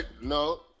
no